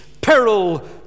peril